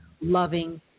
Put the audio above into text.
loving